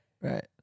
Right